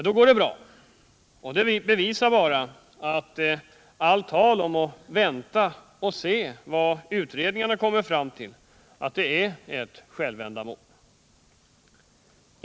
Då går det alltså bra, och det bevisar bara att allt tal om att vänta och se vad utredningarna kommer fram till endast är ett självändamål.